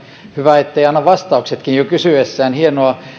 hyvä ettei anna vastauksetkin jo kysyessään hienoa